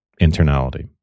internality